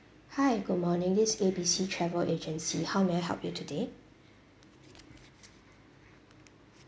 hi good morning this A_B_C travel agency how may I help you today